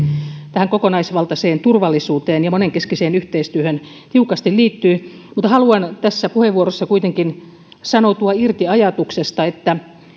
tähän kokonaisvaltaiseen turvallisuuteen ja monenkeskiseen yhteistyöhön tiukasti liittyy mutta haluan tässä puheenvuorossa kuitenkin sanoutua irti ajatuksesta että